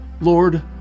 lord